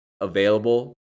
available